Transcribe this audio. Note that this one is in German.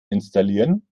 installieren